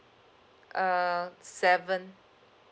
err seven